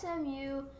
SMU